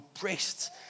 breasts